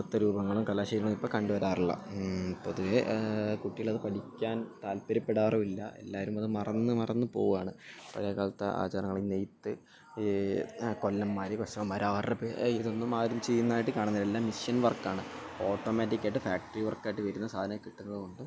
നൃത്തരൂപങ്ങളും കലാശീലങ്ങളും ഇപ്പം കണ്ട് വരാറില്ല പൊതുവേ കുട്ടികളത് പഠിക്കാൻ താല്പര്യപ്പെടാറുവില്ല എല്ലാവരും അത് മറന്ന് മറന്ന് പോകുവാണ് പഴയ കാലത്തേ ആചാരങ്ങള് നേയ്ത്ത് ഈ കൊല്ലമ്മാര് കുശവന്മാര് അവരുടെ ഇതൊന്നും ആരും ചെയ്യുന്നതായിട്ട് കാണുന്നില്ല എല്ലാം മഷീൻ വർക്കാണ് ഓട്ടോമാറ്റിക്കായിട്ട് ഫാക്റ്ററി വർക്കായിട്ട് വര്ന്ന സാധനം കിട്ട്ന്നത് കൊണ്ട്